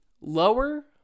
lower